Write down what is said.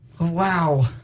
Wow